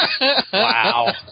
Wow